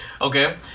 Okay